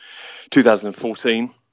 2014